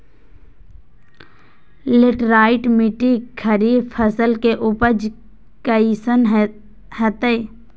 Laterite मिट्टी खरीफ फसल के उपज कईसन हतय?